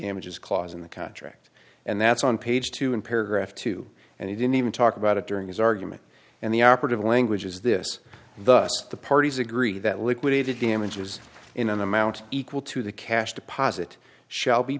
damages clause in the contract and that's on page two in paragraph two and he didn't even talk about it during his argument and the operative language is this thus the parties agree that liquidated damages in an amount equal to the cash deposit shall be